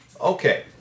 Okay